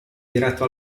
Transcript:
diretto